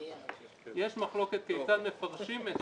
יש מחלוקת כיצד מפרשים את